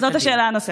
זאת השאלה הנוספת.